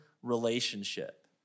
relationship